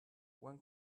when